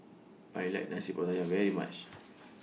I like Nasi Pattaya very much